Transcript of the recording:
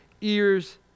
ears